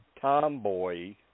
tomboy